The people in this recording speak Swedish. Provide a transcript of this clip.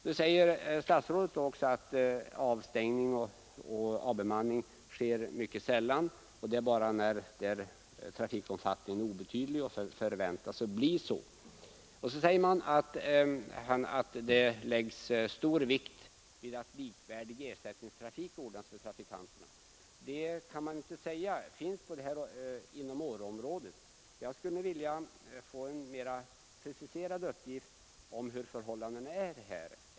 Nu säger statsrådet också att avstängning och avbemanning sker mycket sällan och bara när trafikomfattningen är obetydlig och förväntas förbli så. Vidare säger han att det läggs stor vikt vid att likvärdig ersättningstrafik ordnas för trafikanterna. Det kan man dock inte säga finns inom Åreområdet. Jag skulle vilja få en mera preciserad uppgift om hur förhållandena är där.